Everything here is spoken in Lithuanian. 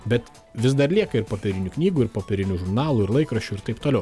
bet vis dar lieka ir popierinių knygų ir popierinių žurnalų ir laikraščių ir taip toliau